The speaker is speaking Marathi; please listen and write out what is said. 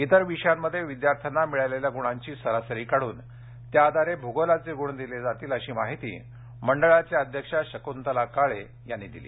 इतर विषयांमध्ये विद्यार्थ्यांना मिळालेल्या गुणांची सरासरी काढून त्या आधारे भूगोलाचे गुण दिले जातील अशी माहिती मंडळाच्या अध्यक्षा शकुंतला काळे यांनी दिली